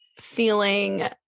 feeling